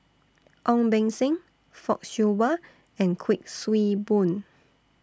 Ong Beng Seng Fock Siew Wah and Kuik Swee Boon